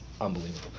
unbelievable